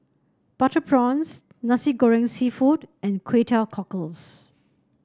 Butter Prawns Nasi Goreng seafood and Kway Teow Cockles